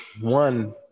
one